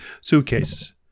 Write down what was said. suitcases